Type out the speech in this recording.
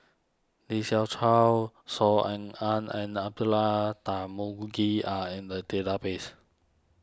Lee Siew Choh Saw Ean Ang and Abdullah Tarmugi are in the database